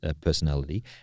personality